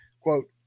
quote